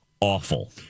awful